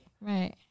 Right